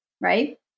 right